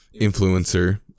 influencer